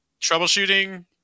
troubleshooting